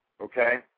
Okay